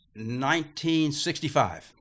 1965